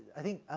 i think, i